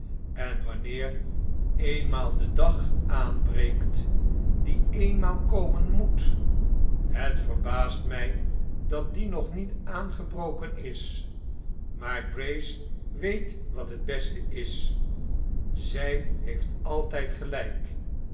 en wanneer eenmaal de dag aanbreekt die eenmaal komen moet het verbaast mij dat die nog niet aangebroken is maar grace weet wat het beste i zij heeft altijd gedijk